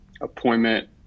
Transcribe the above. appointment